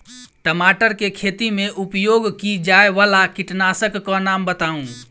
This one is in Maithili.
टमाटर केँ खेती मे उपयोग की जायवला कीटनासक कऽ नाम बताऊ?